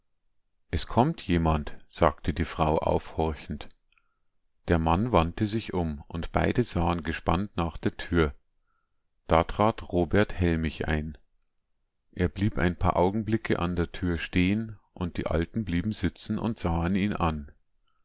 es kommt jemand sagte die frau aufhorchend der mann wandte sich um und beide sahen gespannt nach der tür da trat robert hellmich ein er blieb ein paar augenblicke an der tür stehen und die alten blieben sitzen und sahen ihn an